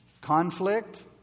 conflict